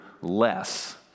less